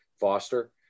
foster